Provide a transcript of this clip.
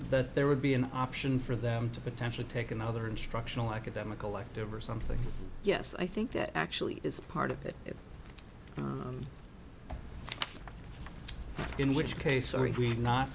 that there would be an option for them to potentially take another instructional academic collective or something yes i think that actually is part of it in which case our